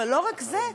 ולא רק זה,